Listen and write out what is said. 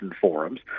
forums